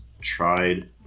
tried